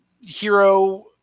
hero